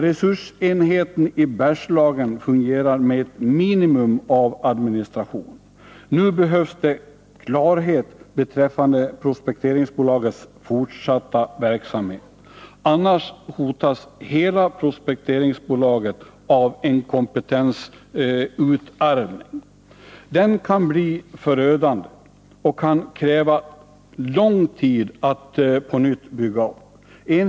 Resursenheten i Bergslagen fungerar med ett minimum av administration. Nu behövs det klarhet beträffande prospekteringsbolagets fortsatta verksamhet, annars hotas hela prospekteringsbolaget av en kompetensutarmning. Denna kan bli förödande, och det kan ta lång tid att på nytt bygga upp verksamheten.